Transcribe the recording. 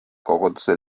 koguduse